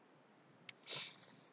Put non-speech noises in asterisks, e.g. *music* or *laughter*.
*noise*